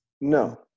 No